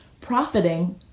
profiting